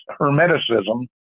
Hermeticism